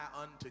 unto